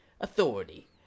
authority